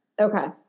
Okay